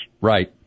Right